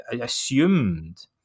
assumed